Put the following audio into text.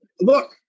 Look